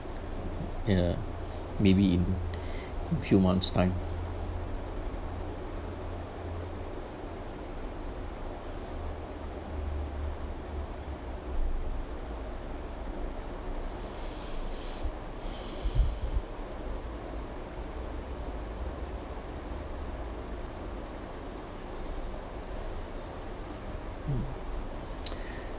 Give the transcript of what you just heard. yeah maybe in few month's time